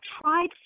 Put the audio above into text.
tried